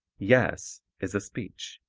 yes is a speech.